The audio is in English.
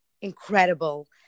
incredible